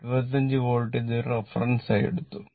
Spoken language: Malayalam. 25 വോൾട്ട് ഇത് ഒരു റഫറൻസായി എടുത്തു